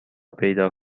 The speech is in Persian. پیدا